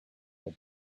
but